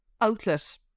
outlet